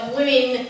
Women